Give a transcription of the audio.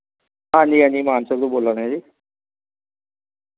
हांजी हांजी मानसर तो बोल्ला ने जी